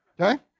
Okay